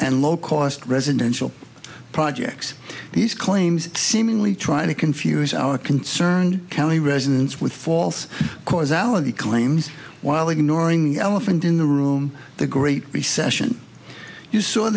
and low cost residential projects these claims seemingly trying to confuse our concern county residents with false causality claims while ignoring elephant in the room the great recession you s